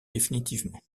définitivement